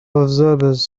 observers